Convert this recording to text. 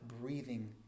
breathing